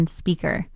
speaker